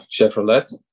Chevrolet